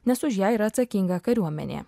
nes už ją yra atsakinga kariuomenė